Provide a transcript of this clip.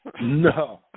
No